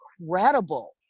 incredible